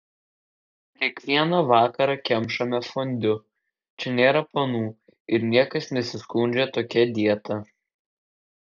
kiekvieną vakarą kemšame fondiu čia nėra panų ir niekas nesiskundžia tokia dieta